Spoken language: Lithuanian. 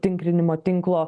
tinkrinimo tinklo